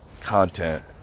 content